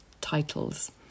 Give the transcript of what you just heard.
titles